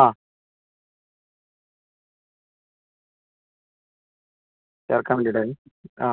ആ ചേർക്കാൻ വേണ്ടിയിട്ട് ആയിരുന്നു ആ